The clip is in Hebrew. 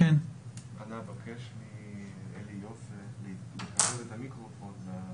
נבקש את השתתפותכם בדיון